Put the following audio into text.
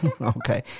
okay